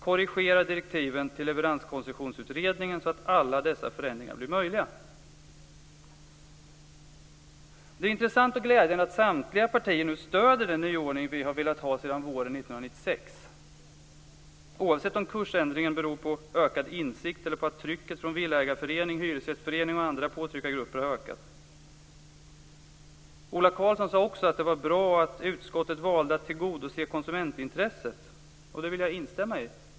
Korrigera direktiven till Leveranskoncessionsutredningen så att alla dessa förändringar blir möjliga. Det är intressant och glädjande att samtliga partier nu stöder den nyordning vi har velat ha sedan våren 1996, oavsett om kursändringen beror på ökad insikt eller på att trycket från villaägarföreningar, hyresgästföreningar och andra påtryckargrupper har ökat. Ola Karlsson sade att det var bra att utskottet valde att tillgodose konsumentintresset, och det vill jag instämma i.